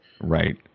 Right